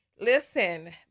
Listen